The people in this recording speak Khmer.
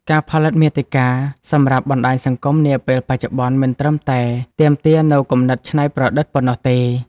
ការផលិតមាតិកាសម្រាប់បណ្ដាញសង្គមនាពេលបច្ចុប្បន្ន មិនត្រឹមតែទាមទារនូវគំនិតច្នៃប្រឌិតប៉ុណ្ណោះទេ។